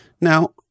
Now